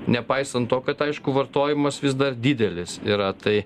nepaisant to kad aišku vartojimas vis dar didelis yra tai